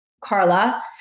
Carla